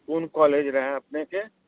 कोन कॉलेज रहै अपनेके